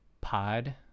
pod